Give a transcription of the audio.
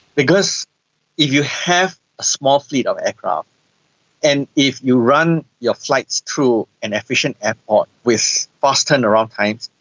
because if you have a small fleet of aircraft and if you run your flights through an efficient airport with fast turnaround times,